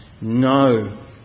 no